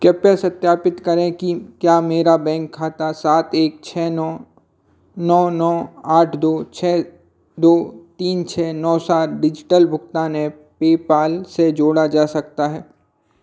कृपया सत्यापित करें कि क्या मेरा बैंक खाता सात एक छः नौ नौ नौ आठ दो छः दो तीन छः नौ सात डिजिटल भुगतान ऐप पेपैल से जोड़ा जा सकता है